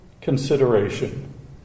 consideration